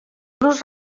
los